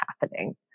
happening